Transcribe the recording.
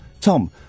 Tom